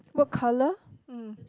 what colour mm